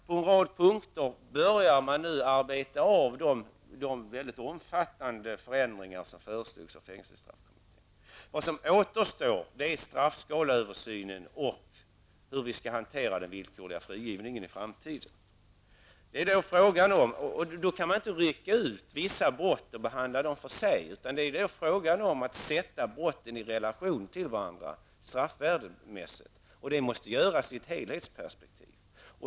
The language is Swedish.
På en rad punkter börjar man alltså bearbeta de omfattande förslag till förändringar som fängelsestraffkommittén har lagt fram. Vad som återstår är straffskaleöversynen och hur vi i framtiden skall hantera frågan om den villkorliga frigivningen. Det går inte att rycka ut vissa brott och behandla dem för sig, utan det är fråga om att straffvärdemässigt sätta brotten i relation till varandra. Det måste göras i ett helhetsperspektiv.